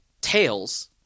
Tails